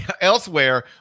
Elsewhere